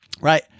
Right